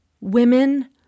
women